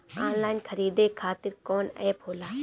Online खरीदे खातीर कौन एप होला?